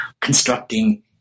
constructing